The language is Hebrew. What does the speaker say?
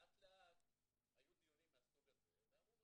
לאט לאט היו דיונים מהסוג הזה ואמרו,